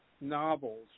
novels